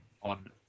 on